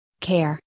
care